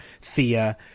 Thea